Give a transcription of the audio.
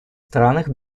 странах